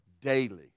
Daily